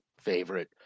favorite